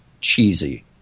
cheesy